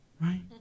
right